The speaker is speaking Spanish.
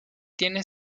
tiene